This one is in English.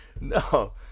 No